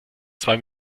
zwei